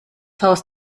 haus